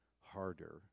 harder